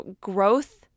growth